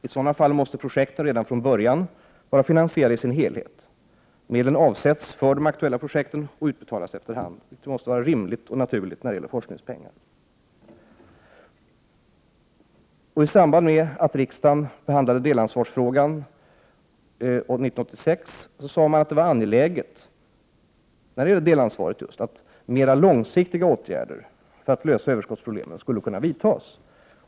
I sådana fall måste projekten redan från början vara finansierade i sin helhet. Medel avsätts för de aktuella projekten och utbetalas efter hand, vilket är rimligt och naturligt när det gäller forskningspengar. I samband med att riksdagen behandlade delansvarsfrågan år 1986 sade man att det var angeläget att mera långsiktiga åtgärder för att lösa överskottsproblemen skulle kunna vidtas.